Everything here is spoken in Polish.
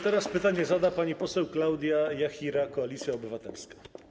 Teraz pytanie zada pani poseł Klaudia Jachira, Koalicja Obywatelska.